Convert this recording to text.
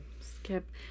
Skip